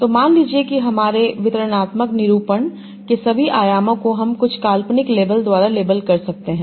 तो मान लीजिए कि हमारे वितरणात्मक निरूपण के सभी आयामों को हम कुछ काल्पनिक लेबल द्वारा लेबल कर सकते हैं